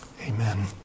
Amen